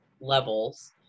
levels